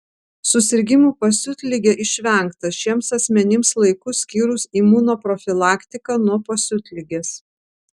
susirgimų pasiutlige išvengta šiems asmenims laiku skyrus imunoprofilaktiką nuo pasiutligės